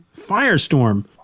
Firestorm